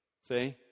See